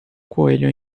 coelho